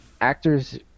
actors